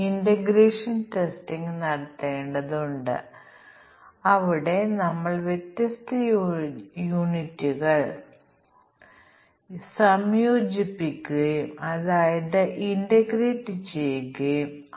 നമുക്ക് എൻ ഇൻപുട്ടുകളുണ്ടെന്നും ഓരോ ഇൻപുട്ടിനും ചില മൂല്യങ്ങൾ എടുക്കാം ചില സാധുവായ മൂല്യങ്ങൾ 3 ചിലത് 2 എടുക്കാം ചിലത് 5 സാധ്യമായ മൂല്യങ്ങൾ എടുക്കാം അങ്ങനെ സിസ്റ്റത്തിന് ഇല്ലെന്ന് ഞങ്ങൾ അനുമാനിക്കുന്നു